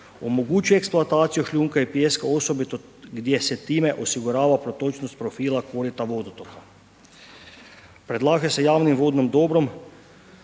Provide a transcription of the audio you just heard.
omogućuje eksploataciju šljunka i pijeska osobito gdje se time osigurava protočnost profila korita vodotoka. Predlaže se da javnim vodnim dobrom